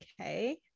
okay